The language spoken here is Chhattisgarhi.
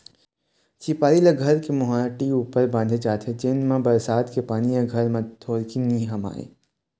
झिपारी ल घर के मोहाटी ऊपर बांधे जाथे जेन मा बरसात के पानी ह घर म थोरको नी हमाय